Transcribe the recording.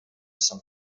some